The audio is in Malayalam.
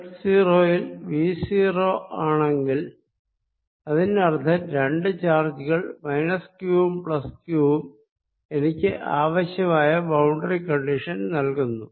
z 0 യിൽ V 0 ആണെങ്കിൽ അതിനർത്ഥം ഈ രണ്ടു ചാർജുകൾ മൈനസ് ക്യൂവും പ്ലസ് ക്യൂവും എനിക്ക് ആവശ്യമായ ബൌണ്ടറി കണ്ടിഷൻ നൽകുന്നു